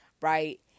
right